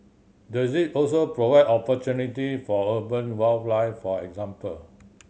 does it also provide opportunity for urban wildlife for example